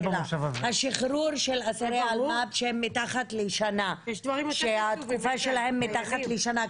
השחרור של אסירי אלמ"ב שהתקופה שלהם מתחת לשנה,